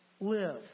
live